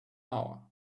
hour